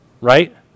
right